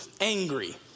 angry